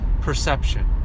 perception